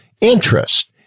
interest